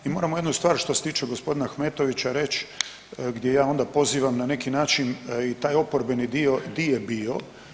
I moramo jednu stvar što se tiče gospodina Ahmetovića reći gdje ja onda pozivam na neki način i taj oporbeni dio gdje je bio.